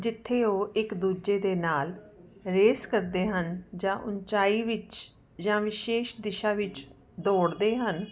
ਜਿੱਥੇ ਉਹ ਇੱਕ ਦੂਜੇ ਦੇ ਨਾਲ ਰੇਸ ਕਰਦੇ ਹਨ ਜਾਂ ਉਚਾਈ ਵਿੱਚ ਜਾਂ ਵਿਸ਼ੇਸ਼ ਦਿਸ਼ਾ ਵਿੱਚ ਦੌੜਦੇ ਹਨ